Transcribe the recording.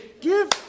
give